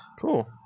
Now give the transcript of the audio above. Cool